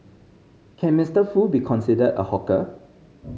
can Mister Foo be considered a hawker